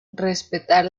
respetar